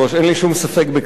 אין לי שום ספק בכך.